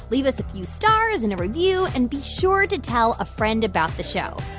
leave us a few stars and a review, and be sure to tell a friend about the show.